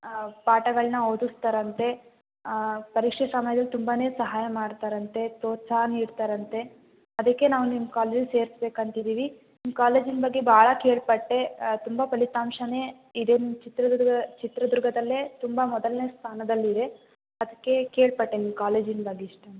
ಪಾಠಗಳನ್ನ ಓದಿಸ್ತಾರಂತೆ ಪರೀಕ್ಷೆ ಸಮಯದಲ್ಲಿ ತುಂಬಾ ಸಹಾಯ ಮಾಡ್ತಾರಂತೆ ಪ್ರೋತ್ಸಾಹ ನೀಡ್ತಾರಂತೆ ಅದಕ್ಕೆ ನಾವು ನಿಮ್ಮ ಕಾಲೇಜ್ ಸೇರ್ಸ್ಬೇಕಂತಿದ್ದೀವಿ ನಿಮ್ಮ ಕಾಲೇಜಿನ ಬಗ್ಗೆ ಭಾಳ ಕೇಳ್ಪಟ್ಟೆ ತುಂಬ ಫಲಿತಾಂಶನೇ ಇದೆ ನಿಮ್ಮ ಚಿತ್ರದುರ್ಗ ಚಿತ್ರದುರ್ಗದಲ್ಲೇ ತುಂಬ ಮೊದಲನೇ ಸ್ಥಾನದಲ್ಲಿದೆ ಅದಕ್ಕೇ ಕೇಳ್ಪಟ್ವೆ ನಿಮ್ಮ ಕಾಲೇಜಿನ ಬಗ್ಗೆ ಇಷ್ಟೊಂದು